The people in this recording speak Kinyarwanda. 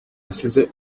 asize